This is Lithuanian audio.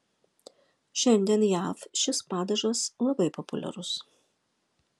šiandien jav šis padažas labai populiarius